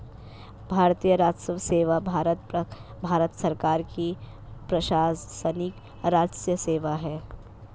भारतीय राजस्व सेवा भारत सरकार की प्रशासनिक राजस्व सेवा है